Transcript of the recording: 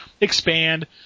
expand